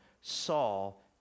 Saul